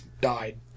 died